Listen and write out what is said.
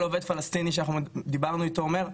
כל עובד פלסטיני שאנחנו דיברנו איתו אומר,